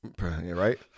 right